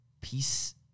peace